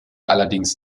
allerdings